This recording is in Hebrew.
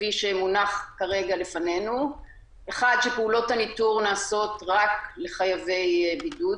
כפי שמונח כרגע לפנינו: (1) פעולות הניטור נעשות רק לחייבי בידוד,